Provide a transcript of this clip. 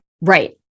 Right